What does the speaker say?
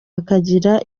hakagira